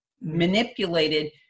manipulated